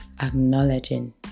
acknowledging